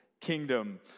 kingdom